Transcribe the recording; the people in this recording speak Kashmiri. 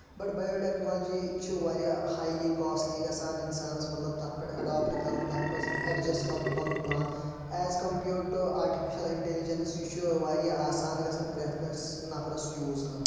بَٹ بایو ٹیکنالوجی چھِ واریاہ ہایلی کاسٹلی گژھان اِنسانَس مطلب تَتھ پٮ۪ٹھ ایٚڈاپٹ کَرُن تَتھ منٛز ایٚڈجیٚسٹ کرُن پَنُن پان as compared to artificial intelligence یہِ چھُ واریاہ آسان گژھان پرٛٮ۪تھ کٲنٛسہِ نفرَس یوٗز کرُن